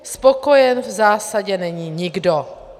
Spokojen v zásadě není nikdo.